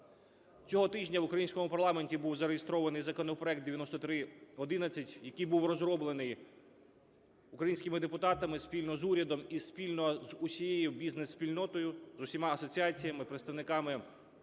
Цього тижня в українському парламенті був зареєстрований законопроект 9311, який був розроблений українськими депутатами спільно з урядом і спільно з усією бізнес-спільнотою: з усіма асоціаціями і представниками